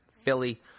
Philly